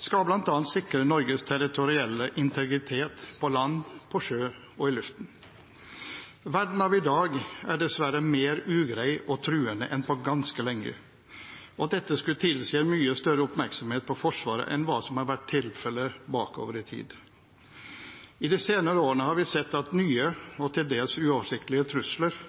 skal bl.a. sikre Norges territorielle integritet på land, på sjø og i luften. Verden av i dag er dessverre mer ugrei og truende enn på ganske lenge, og dette skulle tilsi en mye større oppmerksomhet på Forsvaret enn hva som har vært tilfellet bakover i tid. I de senere årene har vi sett at nye og til dels uoversiktlige trusler